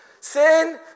Sin